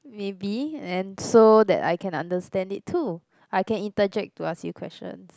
maybe and so that I can understand it too I can interject to ask you questions